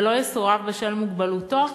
ולא יסורב בשל מוגבלותו?